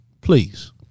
please